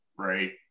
right